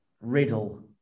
Riddle